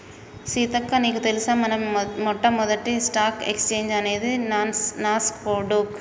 సీతక్క నీకు తెలుసా మన మొట్టమొదటి స్టాక్ ఎక్స్చేంజ్ అనేది నాస్ డొక్